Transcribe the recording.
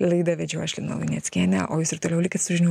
laidą vedžiau aš lina luneckienė o jūs ir toliau likit su žinių